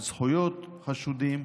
על זכויות החשודים,